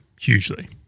hugely